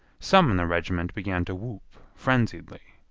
some in the regiment began to whoop frenziedly.